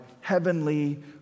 heavenly